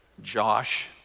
Josh